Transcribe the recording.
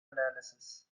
analysis